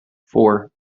four